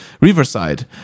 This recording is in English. Riverside